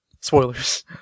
Spoilers